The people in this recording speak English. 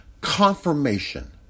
confirmation